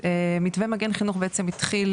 מתווה מגן חינוך בעצם התחיל